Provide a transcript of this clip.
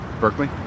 Berkeley